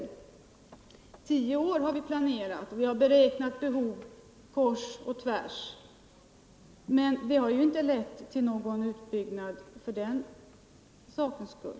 Under tio år har vi planerat och beräknat behov kors och tvärs. Men det har ju inte lett till någon nämnvärd utbyggnad.